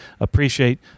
appreciate